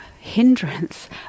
hindrance